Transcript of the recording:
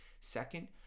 Second